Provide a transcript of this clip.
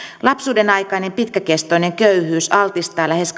lapsuudenaikainen pitkäkestoinen köyhyys altistaa lähes